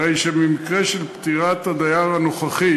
הרי שבמקרה של פטירת הדייר הנוכחי,